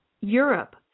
Europe